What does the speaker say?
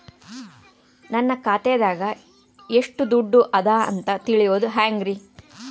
ನನ್ನ ಖಾತೆದಾಗ ಎಷ್ಟ ದುಡ್ಡು ಅದ ಅಂತ ತಿಳಿಯೋದು ಹ್ಯಾಂಗ್ರಿ?